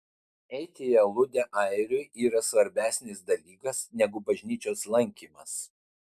eiti į aludę airiui yra svarbesnis dalykas negu bažnyčios lankymas